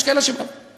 יש כאלה שמאמינים.